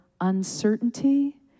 uncertainty